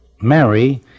Mary